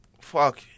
Fuck